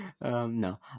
No